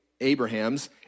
Abraham's